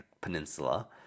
Peninsula